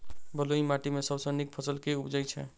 बलुई माटि मे सबसँ नीक फसल केँ उबजई छै?